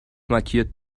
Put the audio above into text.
markiert